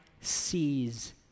sees